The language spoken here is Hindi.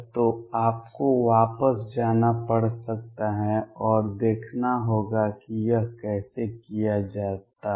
तो आपको वापस जाना पड़ सकता है और देखना होगा कि यह कैसे किया जाता है